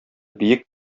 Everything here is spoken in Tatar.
биек